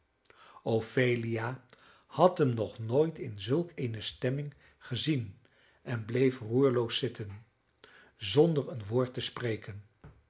ophelia had hem nog nooit in zulk eene stemming gezien en bleef roerloos zitten zonder een woord te spreken